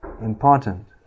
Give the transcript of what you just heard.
important